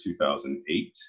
2008